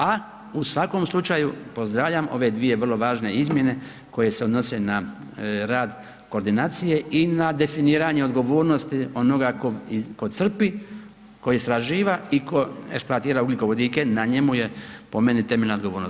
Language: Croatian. A u svakom slučaju pozdravljam ove dvije vrlo važne izmjene koje se odnose na rad koordinacije i na definiranje odgovornosti onoga tko crpi, tko istraživa i tko eksploatira ugljikovodike na njemu je po meni temeljna odgovornost.